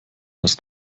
das